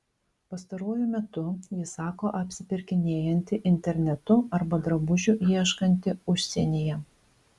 pastaruoju metu ji sako apsipirkinėjanti internetu arba drabužių ieškanti užsienyje